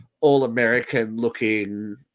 all-American-looking